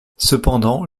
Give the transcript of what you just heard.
cependant